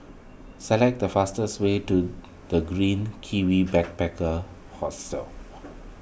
select the fastest way to the Green Kiwi Backpacker Hostel